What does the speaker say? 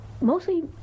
mostly